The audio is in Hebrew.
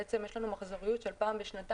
בעצם יש לנו מחזוריות של פעם בשנתיים,